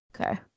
Okay